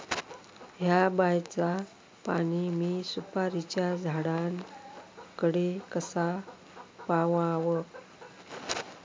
हया बायचा पाणी मी सुपारीच्या झाडान कडे कसा पावाव?